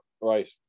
right